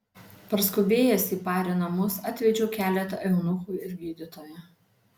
parskubėjęs į pari namus atvedžiau keletą eunuchų ir gydytoją